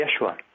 Yeshua